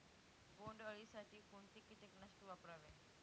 बोंडअळी साठी कोणते किटकनाशक वापरावे?